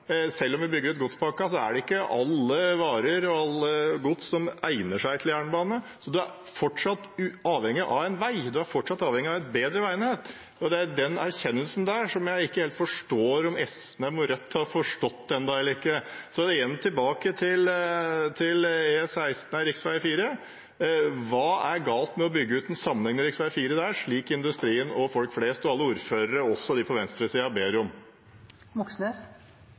Selv om vi bygger ut godspakken, er det ikke alle varer og alt gods som egner seg for jernbane, så en er fortsatt avhengig av en vei, en er fortsatt avhengig av et bedre veinett. Det er den erkjennelsen jeg ikke helt forstår om Rødt har kommet til ennå. Igjen tilbake til rv. 4: Hva er galt med å bygge ut en sammenhengende rv. 4, slik industrien, folk flest og alle ordførerne, også de på venstresida, ber